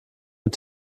mit